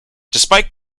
despite